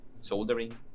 soldering